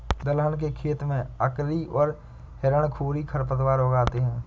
दलहन के खेत में अकरी और हिरणखूरी खरपतवार उग आते हैं